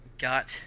got